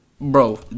Bro